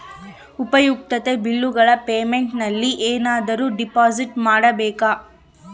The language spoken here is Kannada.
ಉಪಯುಕ್ತತೆ ಬಿಲ್ಲುಗಳ ಪೇಮೆಂಟ್ ನಲ್ಲಿ ಏನಾದರೂ ಡಿಪಾಸಿಟ್ ಮಾಡಬೇಕಾ?